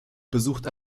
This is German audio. besuchte